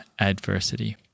adversity